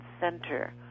center